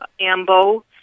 ambo